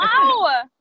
Wow